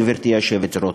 גברתי היושבת-ראש.